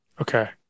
Okay